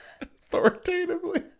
Authoritatively